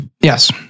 Yes